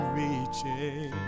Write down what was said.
reaching